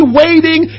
waiting